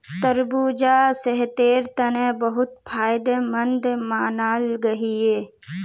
तरबूजा सेहटेर तने बहुत फायदमंद मानाल गहिये